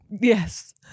yes